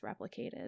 replicated